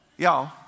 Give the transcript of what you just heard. Y'all